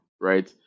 right